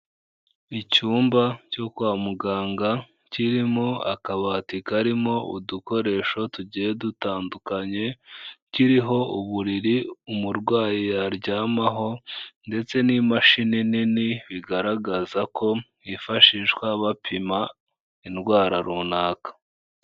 Icyumba cyo kwa muganga, kirimo akabati karimo udukoresho tugiye dutandukanye, kiriho uburiri umurwayi yaryamaho ndetse n'imashini nini bigaragaza ko yifashishwa bapima indwara runaka.